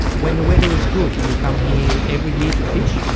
when the weather is good do you come here every year to fish?